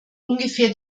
ungefähr